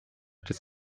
des